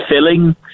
filling